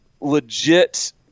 legit